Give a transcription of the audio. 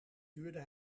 tuurde